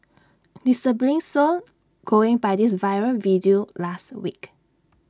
disturbingly so going by this viral video last week